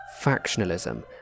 factionalism